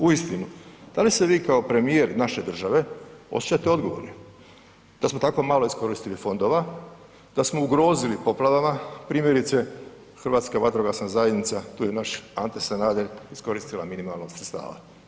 Uistinu, da li se vi kao premijer naše države osjećate odgovornim da smo tako malo iskoristili fondova, da smo ugrozili poplavama, primjerice, Hrvatska vatrogasna zajednica, tu je naš Ante Sanader, iskoristila minimalno sredstava.